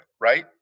right